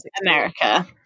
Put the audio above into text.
America